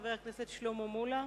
חבר הכנסת שלמה מולה.